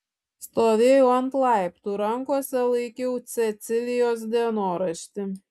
stovėjau ant laiptų rankose laikiau cecilijos dienoraštį